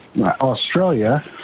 Australia